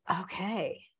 okay